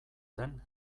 den